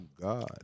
God